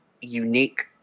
unique